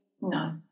No